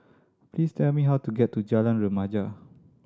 please tell me how to get to Jalan Remaja